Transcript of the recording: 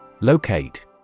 Locate